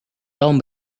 tom